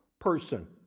person